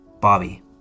Bobby